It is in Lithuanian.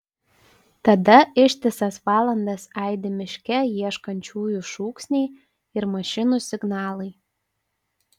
tada ištisas valandas aidi miške ieškančiųjų šūksniai ir mašinų signalai